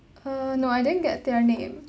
uh no I didn't get their name